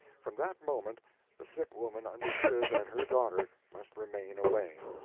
from that moment the sick woman understood that her daughter must remain away,